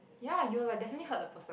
ya you will like definitely hurt the person